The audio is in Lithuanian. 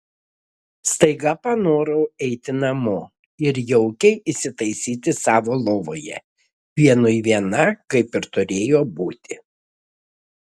staiga panorau eiti namo ir jaukiai įsitaisyti savo lovoje vienui viena kaip ir turėjo būti